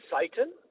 Satan